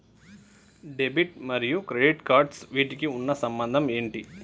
Debit మరియు credit cards వీటికి ఉన్న సంబంధం ఏంటి?